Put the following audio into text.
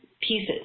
pieces